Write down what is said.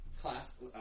class